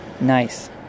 Nice